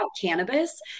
cannabis